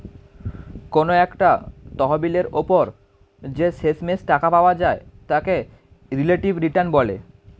কোনো একটা তহবিলের উপর যে শেষমেষ টাকা পাওয়া যায় তাকে রিলেটিভ রিটার্ন বলে